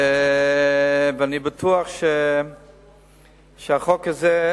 אני בטוח שהחוק הזה,